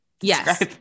yes